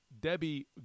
Debbie